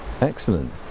Excellent